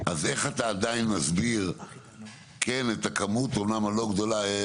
אז איך אתה עדיין מסביר כן את הכמות אמנם הלא גדולה,